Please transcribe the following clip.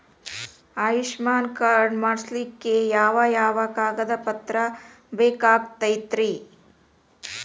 Ayushman card ಮಾಡ್ಸ್ಲಿಕ್ಕೆ ಯಾವ ಯಾವ ಕಾಗದ ಪತ್ರ ಬೇಕಾಗತೈತ್ರಿ?